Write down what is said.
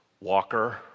Walker